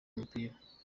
umupira